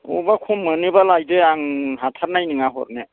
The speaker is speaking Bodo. अबावबा खम मोनोब्ला लायदो आं हाथारनाय नङा हरनो